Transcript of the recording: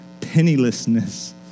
pennilessness